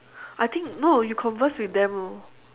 I think no you converse with them lor